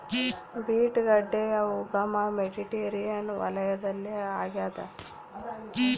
beet ಗಡ್ಡೆಯ ಉಗಮ Mediterranean ವಲಯದಲ್ಲಿ ಆಗ್ಯಾದ